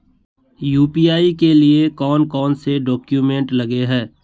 UPI के लिए कौन कौन से डॉक्यूमेंट लगे है?